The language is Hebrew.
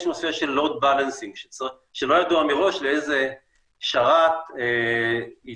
נושא של --- שלא ידוע מראש לאיזה שרת יתחברו.